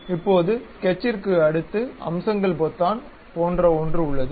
இப்போது ஸ்கெட்சிற்கு அடுத்து அம்சங்கள் பொத்தான் போன்ற ஒன்று உள்ளது